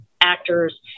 actors